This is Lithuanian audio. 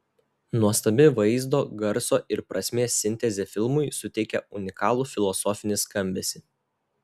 nuostabi vaizdo garso ir prasmės sintezė filmui suteikia unikalų filosofinį skambesį